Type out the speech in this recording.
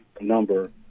number